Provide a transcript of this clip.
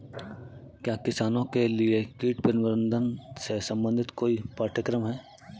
क्या किसानों के लिए कीट प्रबंधन से संबंधित कोई पाठ्यक्रम है?